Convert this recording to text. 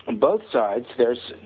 and both sides there is